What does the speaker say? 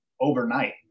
overnight